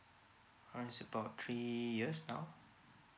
is about three years now